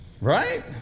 Right